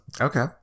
okay